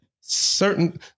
Certain